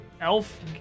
Elf